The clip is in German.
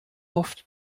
oft